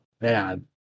Man